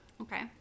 Okay